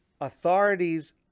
authorities